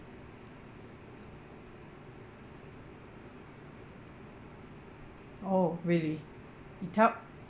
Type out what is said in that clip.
oh really you tell